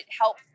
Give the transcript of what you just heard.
help